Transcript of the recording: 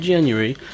January